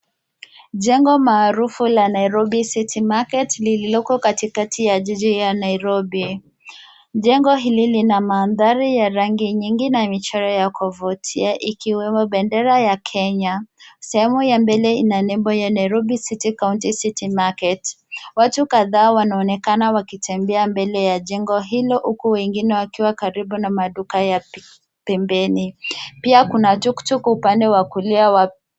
Jengo maarufu la Nairobi City Market lililoko katikati ya jiji hii ya Nairobi. Jengo hili lina mandhari ya rangi nyingi na michororo ya kuvutia, ikiwemo bendera ya Kenya. Sehemu ya mbele ina nembo ya Nairobi City County City Market. Watu kadhaa wanaonekana wakitembea mbele ya jengo hilo huku wengine wakiwa karibu na maduka ya pembeni. Pia kuna tuktuk upande wa kulia wa.